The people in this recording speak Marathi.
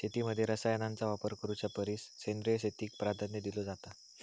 शेतीमध्ये रसायनांचा वापर करुच्या परिस सेंद्रिय शेतीक प्राधान्य दिलो जाता